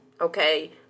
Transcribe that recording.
okay